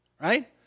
right